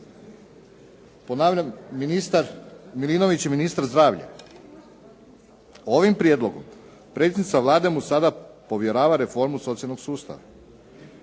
ponavljam ministar Milinović je ministar zdravlja, ovim prijedlogom predsjednica Vlade mu sada povjerava reformu socijalnog sustava.